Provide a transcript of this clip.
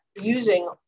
using